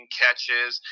catches